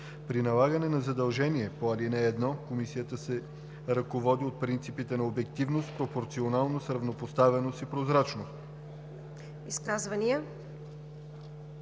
При налагане на задължение по ал. 1 Комисията се ръководи от принципите на обективност, пропорционалност, равнопоставеност и прозрачност.“